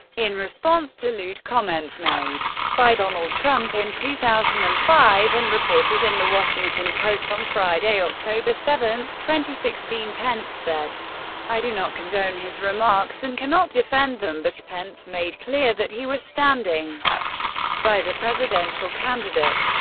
in response to lewd comments made by donald trump in two thousand and five, and reported in the washington post on friday, october seven, two thousand and sixteen, pence said i do not condone his remarks and cannot defend them, but pence made clear that he was standing by the presidential candidate.